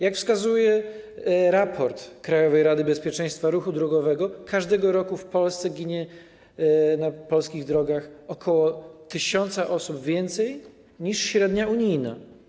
Jak wskazuje raport Krajowej Rady Bezpieczeństwa Ruchu Drogowego, każdego roku w Polsce ginie na drogach ok. 1 tys. osób więcej, niż wynosi średnia unijna.